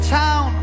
town